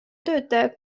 töötajad